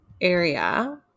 area